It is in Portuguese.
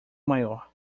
maior